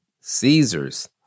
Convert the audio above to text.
Caesar's